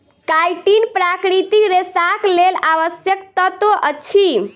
chitin प्राकृतिक रेशाक लेल आवश्यक तत्व अछि